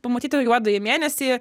pamatyti juodąjį mėnesį